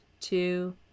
Two